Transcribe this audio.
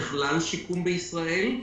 בכלל שיקום בישראל,